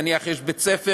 נניח יש בית-ספר,